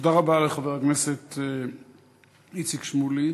תודה רבה לחבר הכנסת איציק שמולי.